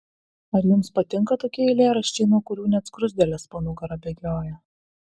ar jums patinka tokie eilėraščiai nuo kurių net skruzdėlės po nugarą bėgioja